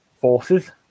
forces